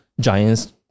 giants